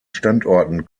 standorten